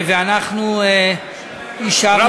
ואנחנו אישרנו אותם.